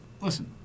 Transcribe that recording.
Listen